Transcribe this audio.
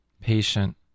patient